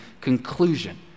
conclusion